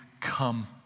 come